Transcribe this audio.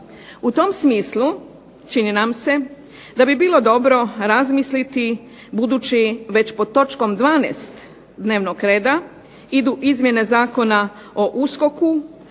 U tom smislu čini nam se da bi bilo dobro razmisliti budući već pod točkom 12. dnevnog reda idu izmjene Zakona o USKOK-u,